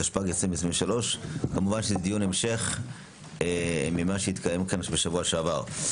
התשפ"ג 2023. כמובן זה דיון המשך ממה שהתקיים פה בשבוע שעבר.